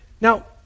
Now